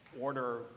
order